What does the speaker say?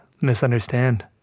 misunderstand